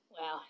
Wow